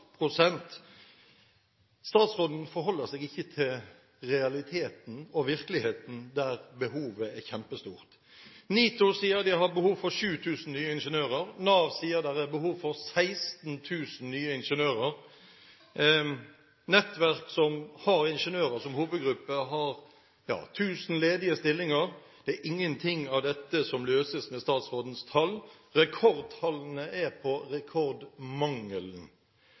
Statsråden forholder seg ikke til realiteten og virkeligheten. Behovet er kjempestort. NITO sier de har behov for 7 000 nye ingeniører, Nav sier det er behov for 16 000 nye ingeniører, og nettverk som har ingeniører som hovedgruppe, har tusen ledige stillinger. Det er ikke noe av dette som løses med statsrådens tall. Rekordtallene er på rekordmangelen.